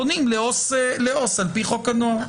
פונים לעובד סוציאלי על פי חוק הנוער.